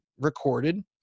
recorded